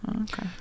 Okay